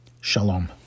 Shalom